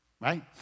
right